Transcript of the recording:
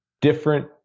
different